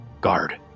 Guard